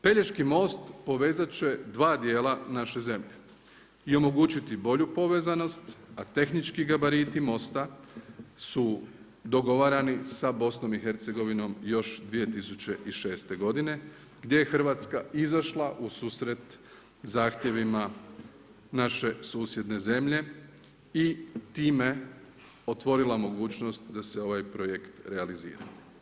Pelješki most povezat će dva dijela naše zemlje i omogućiti bolju povezanost a tehnički gabariti mosta su dogovarani sa BiH-om još 2006. godine gdje je Hrvatska izašla u susret zahtjevima naše susjedne zemlje i time otvorila mogućnost da se ovaj projekt realizira.